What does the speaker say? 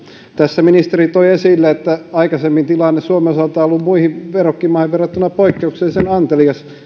tässä ministeri toi esille että aikaisemmin tilanne suomen osalta on ollut muihin verrokkimaihin verrattuna poikkeuksellisen antelias